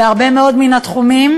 בהרבה מאוד מן התחומים,